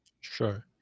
Sure